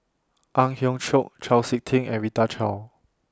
Ang Hiong Chiok Chau Sik Ting and Rita Chao